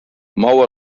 mou